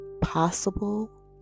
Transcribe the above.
possible